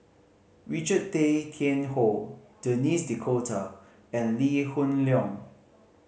Richard Tay Tian Hoe Denis D'Cotta and Lee Hoon Leong